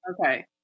Okay